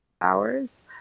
hours